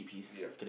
yup